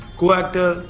co-actor